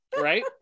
right